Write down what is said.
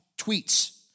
tweets